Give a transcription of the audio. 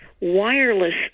wireless